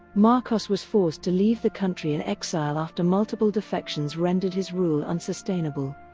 marcos was forced to leave the country in exile after multiple defections rendered his rule unsustainable.